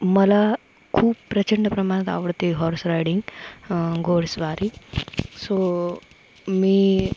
मला खूप प्रचंड प्रमाणात आवडते हॉर्स रायडिंग घोडेस्वारी सो मी